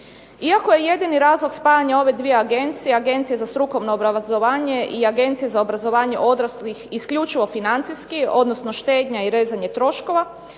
Iako je jedini razlog spajanje ove dvije agencije, Agencije za strukovno obrazovanje i Agencije za obrazovanje odraslih isključivo financijski, odnosno štednja i rezanje troškova